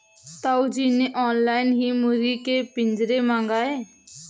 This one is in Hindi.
ताऊ जी ने ऑनलाइन ही मुर्गी के पिंजरे मंगाए